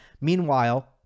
Meanwhile